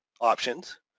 options